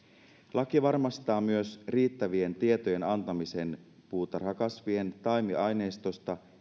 laki varmistaa myös riittävien tietojen antamisen puutarhakasvien taimiaineistosta